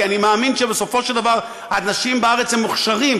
כי אני מאמין שבסופו של דבר האנשים בארץ מוכשרים,